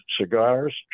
Cigars